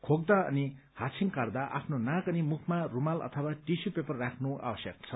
खोक्दा अनि हाछिङ काट्दा आफ्नो नाक अनि मुखमा रूमाल अथवा टिश्यू पेपर राख्नु आवश्यक छ